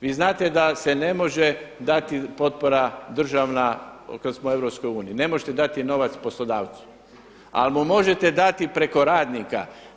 Vi znate da se ne može dati potpora državna otkada smo u EU, ne možete dati novac poslodavcu ali mu možete dati preko radnika.